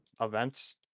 events